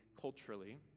culturally